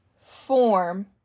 form